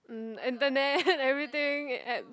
mm internet everything add